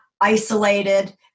isolated